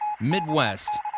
Midwest